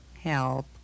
Help